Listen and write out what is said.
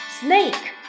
Snake